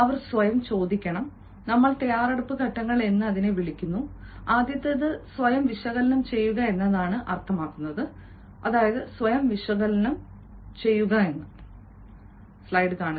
അവർ സ്വയം ചോദിക്കണം നമ്മൾ തയ്യാറെടുപ്പ് ഘട്ടങ്ങൾ എന്ന് വിളിക്കുന്നു ആദ്യത്തേത് സ്വയം വിശകലനം ചെയ്യുക എന്നതാണ് അർത്ഥമാക്കുന്നത് സ്വയം വിശകലനം എന്നാണ്